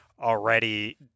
already